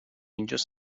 اینجاس